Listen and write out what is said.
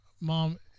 mom